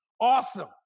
awesome